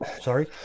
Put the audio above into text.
sorry